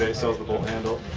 ah sells the bolt handle.